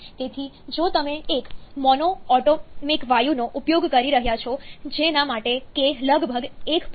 તેથી જો તમે એક મોનોએટોમિક વાયુનો ઉપયોગ કરી રહ્યાં છો જેના માટે k લગભગ 1